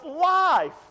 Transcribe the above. life